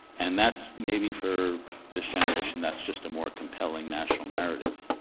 and that's maybe, for this generation, that's just a more compelling national narrative,